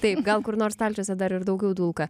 taip gal kur nors stalčiuose dar ir daugiau dulka